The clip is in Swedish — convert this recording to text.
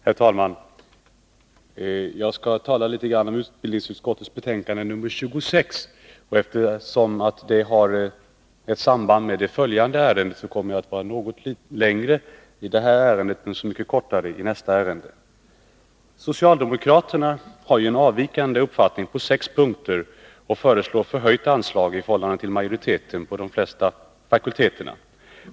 Herr talman! Jag skall tala litet om utbildningsutskottets betänkande 26. Eftersom det har ett samband med det följande ärendet kommer jag att ta något längre tid i anspråk för detta ärende men så mycket kortare för nästa. Socialdemokraterna har avvikande uppfattning på sex punkter och föreslår förhöjda anslag i förhållande till utskottsmajoritetens förslag till de flesta fakulteterna.